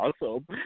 awesome